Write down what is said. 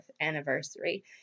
anniversary